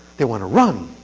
they want to run.